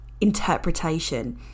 interpretation